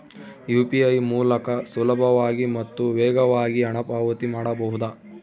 UPI ಮೂಲಕ ಸುಲಭವಾಗಿ ಮತ್ತು ವೇಗವಾಗಿ ಹಣ ಪಾವತಿ ಮಾಡಬಹುದಾ?